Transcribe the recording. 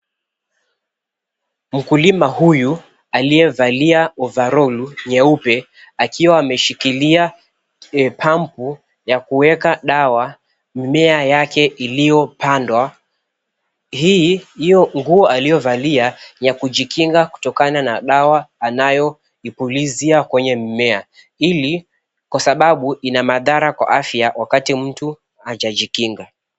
Mkulima huyu aliyevalia ovaroli nyeupe akiwa ameshikilia pampu ya kuweka dawa mimea yake iliyopandwa. Hiyo nguo aliyevalia ya kujikinga kutokana na dawa anayoipulizia kwenye mimea hili kwasababu inamadhara ya afya wakati mtu hajajikinga .